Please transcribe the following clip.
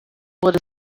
wurde